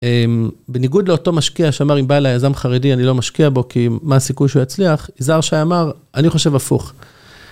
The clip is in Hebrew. בניגוד לאותו משקיע, שאמר, אם בא אלי יזם חרדי, אני לא משקיע בו, כי מה הסיכוי שהוא יצליח? זרשי אמר, אני חושב הפוך.